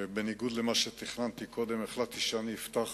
בניגוד למה שתכננתי קודם החלטתי שאני אפתח